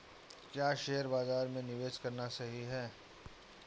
क्या शेयर बाज़ार में निवेश करना सही है?